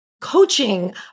coaching